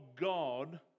God